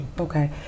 Okay